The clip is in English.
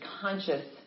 conscious